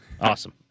awesome